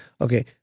Okay